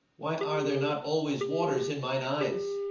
why are there not always waters in mine eyes,